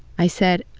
i said,